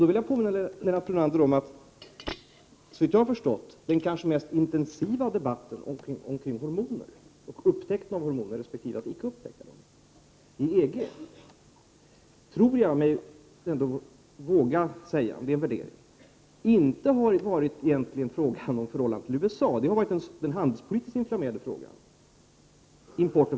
Jag vill påminna Lennart Brunander om att den kanske mest intensiva debatten kring hormoner och möjligheterna att upptäcka resp. icke upptäcka dem, inom EG, såvitt jag har förstått, inte egentligen har gällt förhållandet till USA. Det tror jag mig våga påstå. Importen från USA har varit den handelspolitiskt inflammerade frågan för EG.